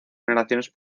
generaciones